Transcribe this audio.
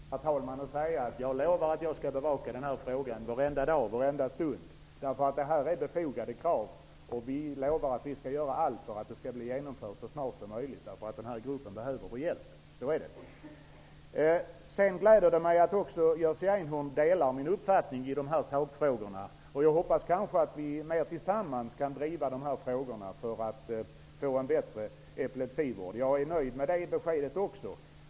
Herr talman! Jag kan börja med det sista och säga att jag lovar att jag skall bevaka den här frågan varenda dag och varenda stund, därför att det är befogade krav som ställs, och lovar att göra allt för att kraven skall bli tillgodosedda så snart som möjligt. Här gäller det en grupp som behöver vår hjälp. Sedan gläder det mig att också Jerzy Einhorn delar min uppfattning i sakfrågorna, och jag hoppas att vi mera tillsammans kan driva frågorna för att få en bättre epilepsivård. Jag är nöjd med det beskedet också.